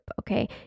okay